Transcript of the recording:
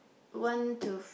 one to